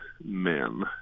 men